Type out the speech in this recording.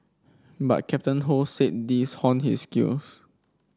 but Captain Ho said these honed his skills